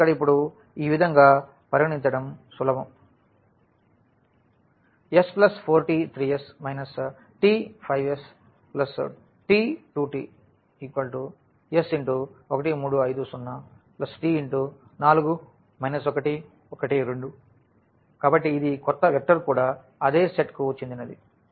కాబట్టి ఇక్కడ ఇప్పుడు ఈ విధంగా పరిగణించడం సులభం s4t 3s t 5st 2t s1 3 5 0 t 4 1 1 2 కాబట్టి ఇది కొత్త వెక్టర్ కూడా అదే సెట్కు చెందినది